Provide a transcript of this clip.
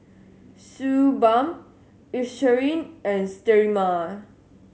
Suu Balm Eucerin and Sterimar